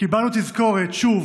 קיבלנו תזכורת שוב